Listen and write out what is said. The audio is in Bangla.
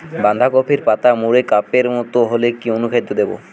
বাঁধাকপির পাতা মুড়ে কাপের মতো হলে কি অনুখাদ্য দেবো?